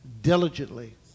diligently